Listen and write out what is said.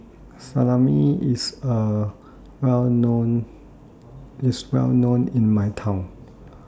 Salami IS Well known in My Hometown